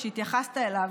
שהתייחסת אליו,